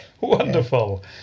Wonderful